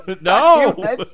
No